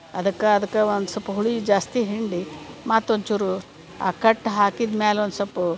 ಅದಕ್ಕೆ ಅದಕ್ಕೆ ಒಂದು ಸೊಪ್ಪ ಹುಳಿ ಜಾಸ್ತಿ ಹಿಂಡಿ ಮತ್ತೊಂಚೂರು ಆ ಕಟ್ ಹಾಕಿದ ಮ್ಯಾಲೆ ಒಂದು ಸೊಪ್ಪು